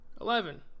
eleven